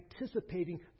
anticipating